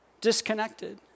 disconnected